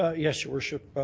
ah yes, your worship.